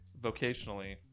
vocationally